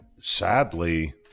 sadly